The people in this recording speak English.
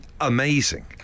amazing